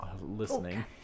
listening